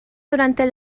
durante